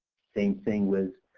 same thing with